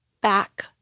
back